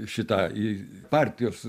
šitą į partijos